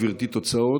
גברתי, תוצאות.